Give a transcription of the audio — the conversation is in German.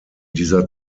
dieser